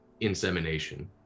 insemination